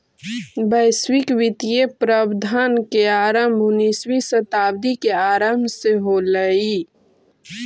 वैश्विक वित्तीय प्रबंधन के आरंभ उन्नीसवीं शताब्दी के आरंभ से होलइ